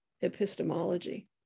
epistemology